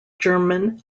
german